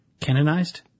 Canonized